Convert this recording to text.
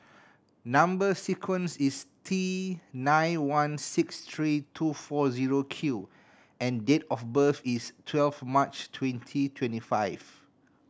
number sequence is T nine one six three two four zero Q and date of birth is twelve March twenty twenty five